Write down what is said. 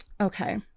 Okay